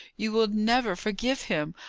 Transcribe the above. you will never forgive him!